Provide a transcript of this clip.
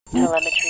Telemetry